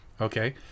Okay